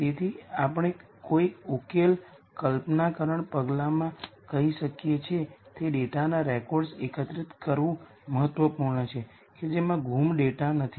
તેથી આપણે કોઈ ઉકેલ પ્રત્યયીકરણ પગલા માં કહી શકીએ છીએ તે ડેટાના રેકોર્ડ્સ એકત્રિત કરવું મહત્વપૂર્ણ છે કે જેમાં ગુમ ડેટા નથી